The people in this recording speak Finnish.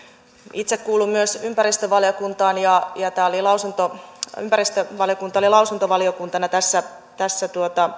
itse kuulun myös ympäristövaliokuntaan ja ja ympäristövaliokunta oli lausuntovaliokuntana tässä tässä